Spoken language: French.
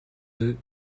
deux